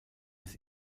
des